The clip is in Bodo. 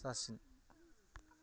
जासिगोन